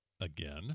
again